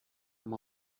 amb